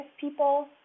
people